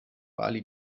bali